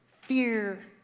Fear